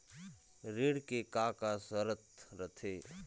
ऋण के का का शर्त रथे?